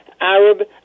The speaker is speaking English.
Arab